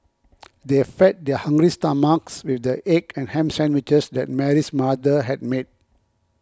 they fed their hungry stomachs with the egg and ham sandwiches that Mary's mother had made